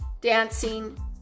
dancing